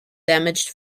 damaged